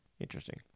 Interesting